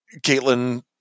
Caitlin